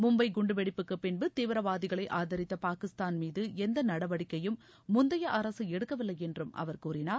மும்பை குண்டுவெடிப்புக்கு பின்பு தீவிரவாதிகளை ஆதரித்த பாகிஸ்தான் மீது எந்த நடவடிக்கையும் முந்தைய அரசு எடுக்கவில்லை என்றும் அவர் கூறினார்